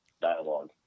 dialogue